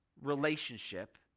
relationship